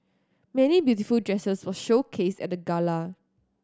many beautiful dresses were showcased at the gala